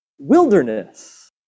wilderness